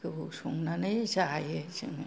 गोबाव संनानै जायो जोङो